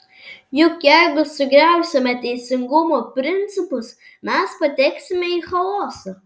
juk jeigu sugriausime teisingumo principus mes pateksime į chaosą